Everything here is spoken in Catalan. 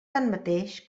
tanmateix